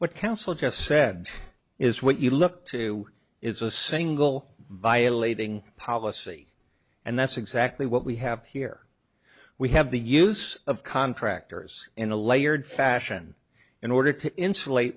what counsel just said is what you look to is a single violating policy and that's exactly what we have here we have the use of contractors in a layered fashion in order to insulate